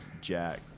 Jack